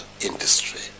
industry